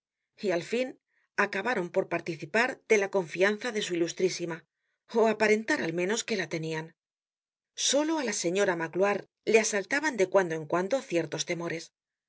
y al fin acabaron por participar de la confianza de su ilustrísima ó aparentar á lo menos que la tenian solo á la señora magloire le asaltaban de cuando en cuando ciertos temores